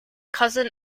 cousin